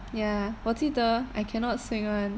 ya 我记得 I cannot swing [one]